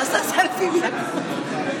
תצלם, תתעד,